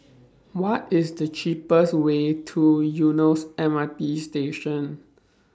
What IS The cheapest Way to Eunos M R T Station